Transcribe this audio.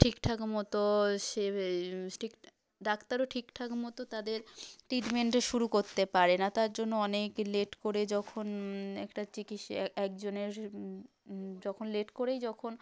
ঠিকঠাক মতো সে ঠিক ডাক্তারও ঠিকঠাক মতো তাদের টিডমেন্টও শুরু করতে পারে না তার জন্য অনেক লেট করে যখন একটা চিকিৎসা এক জনের যখন লেট করেই যখন